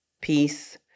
peace